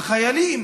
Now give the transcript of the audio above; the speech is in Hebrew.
החיילים